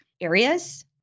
areas